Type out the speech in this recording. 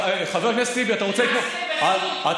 חבר הכנסת טיבי, אתה רוצה לטמון, זה מעשה בזוי.